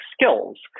skills